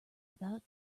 about